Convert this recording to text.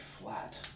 flat